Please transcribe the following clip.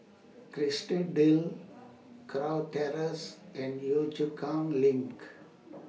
Kerrisdale Kurau Terrace and Yio Chu Kang LINK